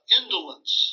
indolence